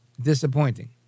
disappointing